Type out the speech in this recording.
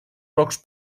pocs